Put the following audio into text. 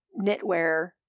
knitwear